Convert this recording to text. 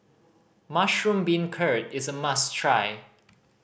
mushroom beancurd is a must try